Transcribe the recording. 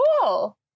cool